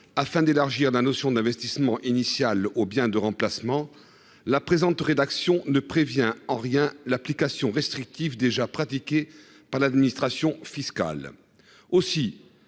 afin d'élargir la notion d'investissement initial aux biens de remplacement, la présente rédaction ne prévient en rien l'application restrictive déjà pratiquée par l'administration fiscale.